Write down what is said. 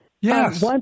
Yes